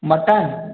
mutton